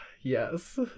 Yes